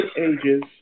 ages